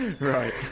Right